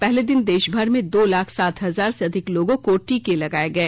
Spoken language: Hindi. पहले दिन देशभर में दो लाख सात हजार से अधिक लोगों को टीके लगाए गए